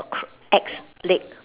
cr~ X leg